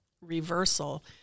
reversal